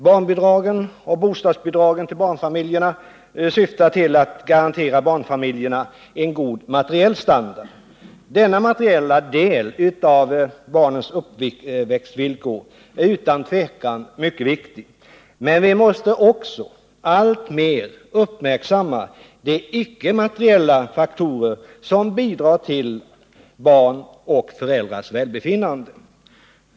Barnbidragen och bostadsbidragen till barnfamiljerna syftar till att garantera barnfamiljerna en god materiell standard. Denna materiella del av barnens uppväxtvillkor är utan tvivel mycket viktig, men vi måste också alltmer uppmärksamma de icke-materiella faktorer som bidrar till barns och föräldrars välbefinnande.